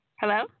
hello